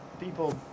People